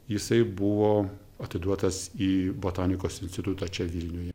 jisai buvo atiduotas į botanikos institutą čia vilniuje